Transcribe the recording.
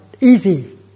easy